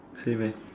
same